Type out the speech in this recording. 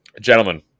Gentlemen